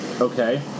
Okay